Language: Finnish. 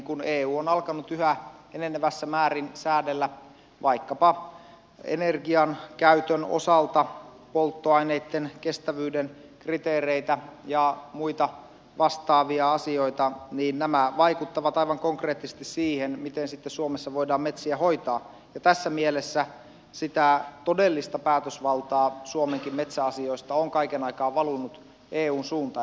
kun eu on alkanut yhä enenevässä määrin säädellä vaikkapa energiankäytön osalta polttoaineitten kestävyyden kriteereitä ja muita vastaavia asioita nämä vaikuttavat aivan konkreettisesti siihen miten sitten suomessa voidaan metsiä hoitaa ja tässä mielessä sitä todellista päätösvaltaa suomenkin metsäasioista on kaiken aikaa valunut eun suuntaan